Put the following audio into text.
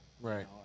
Right